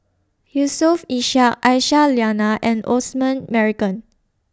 Yusof Ishak Aisyah Lyana and Osman Merican